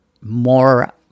more